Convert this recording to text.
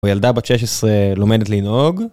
או ילדה בת 16 לומדת לנהוג